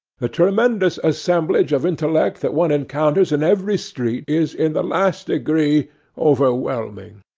the tremendous assemblage of intellect that one encounters in every street is in the last degree overwhelming.